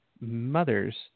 mothers